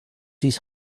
his